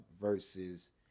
versus